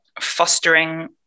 fostering